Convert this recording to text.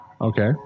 Okay